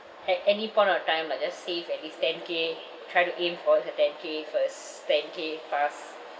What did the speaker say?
at any point of time lah just save at least ten K try to aim for the ten K first ten K fast